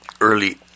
early